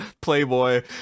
playboy